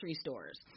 stores